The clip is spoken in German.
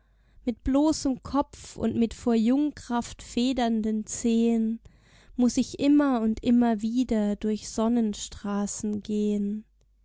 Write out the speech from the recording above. mit bloßem kopf und mit vor jungkraft federnden zehen muß ich immer und immer wieder durch sonnenstraßen gehen